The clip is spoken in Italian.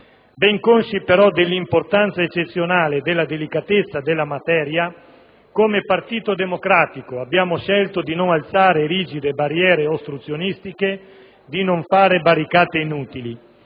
Ben consci però dell'importanza eccezionale e della delicatezza della materia, come Partito Democratico abbiamo scelto di non alzare rigide barriere ostruzionistiche, di non fare barricate inutili.